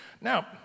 Now